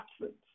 absence